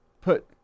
put